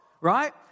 Right